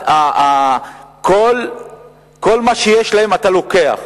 כל מה שיש להם אתה לוקח,